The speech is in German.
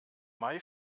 may